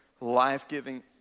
life-giving